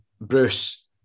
Bruce